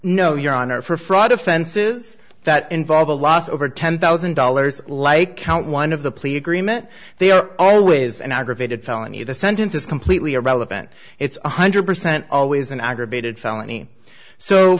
no your honor for fraud offenses that involve a lot over ten thousand dollars like count one of the plea agreement they are always an aggravated felony the sentence is completely irrelevant it's one hundred percent always an aggravated felony so